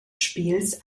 spiels